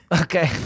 Okay